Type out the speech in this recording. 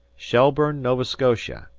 shelbourne, nova scotia.